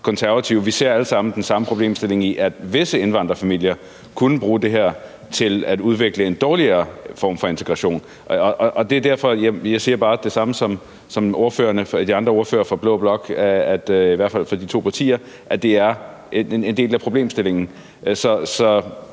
sammen den samme problemstilling i, at visse indvandrerfamilier kunne bruge det her til at udvikle en dårligere form for integration. Jeg siger bare det samme, som de andre ordførere fra blå blok, i hvert fald fra de to partiers side, og det er, at det er en del af problemstillingen.